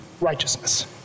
righteousness